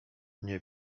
nie